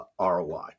ROI